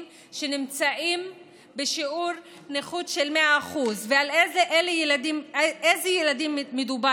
שנמצאים בשיעור נכות של 100%. על איזה ילדים מדובר?